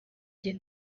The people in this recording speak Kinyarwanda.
gihe